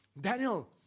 Daniel